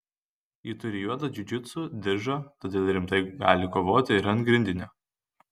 ji turi juodą džiudžitsu diržą todėl rimtai gali kovoti ir ant grindinio